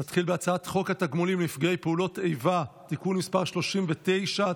נתחיל בהצעת חוק התגמולים לנפגעי פעולות איבה (תיקון מס' 39),